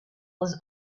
was